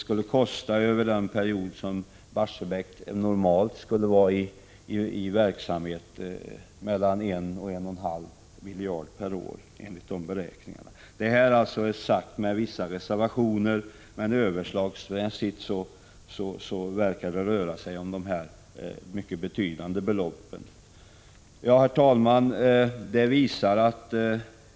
Räknat över den period som Barsebäck normalt skulle vara i verksamhet skulle en stängning kosta mellan 1 och 1,5 miljarder per år. Detta är sagt med vissa reservationer, men överslagsmässigt verkar det röra sig om dessa mycket betydande belopp. Herr talman!